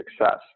success